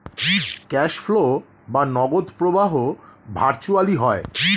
cash flow বা নগদ প্রবাহ ভার্চুয়ালি হয়